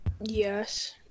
Yes